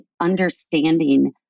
understanding